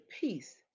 peace